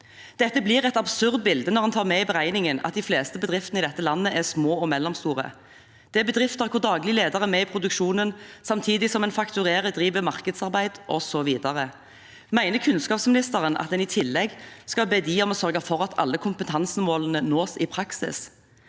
Dette blir et absurd bilde når en tar med i beregningen at de fleste bedriftene i dette landet er små og mellomstore. Det er bedrifter hvor daglig leder er med i produksjonen samtidig som en fakturerer, driver markedsarbeid osv. Mener kunnskapsministeren at en i tillegg skal be dem om å sørge for at alle kompetansemålene nås i praksis?